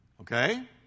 Okay